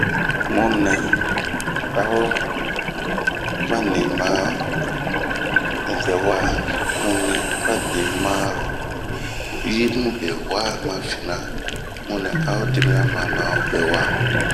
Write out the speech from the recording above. Mu nɛ aba nii ma vɛ waa, mu nɛɛ aba ni ma yimu be waa ma finaa, mu nɛ a ho dimiɲan ɲan ma vɛ waa.